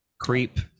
Creep